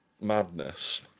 Madness